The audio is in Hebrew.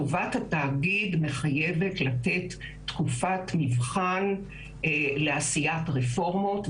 מחייבת לתת תקופת מבחן לעשיית רפורמות,